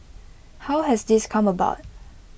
how has this come about